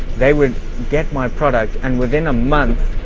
they would get my product, and within a month,